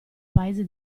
paese